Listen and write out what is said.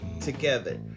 together